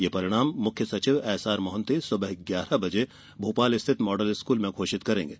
यह परिणाम मुख्य सचिव एसआर मोहन्ती सुबह ग्यारह बजे भोपाल स्थित मॉडल स्कूल में घोषित करेंगे